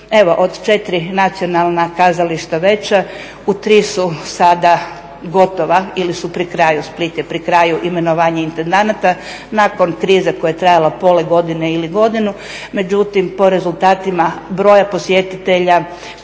Evo, od 4 nacionalna kazališta veća u 3 su sada gotova ili su pri kraju, Split je pri kraju, imenovanje intendanata, nakon krize koja je trajala pola godine ili godinu, međutim po rezultatima broja posjetitelja,